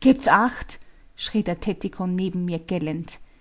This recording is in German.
gebt's acht schrie der tettikon neben mir gellend